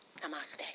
Namaste